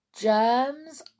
Germs